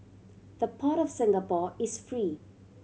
the Port of Singapore is free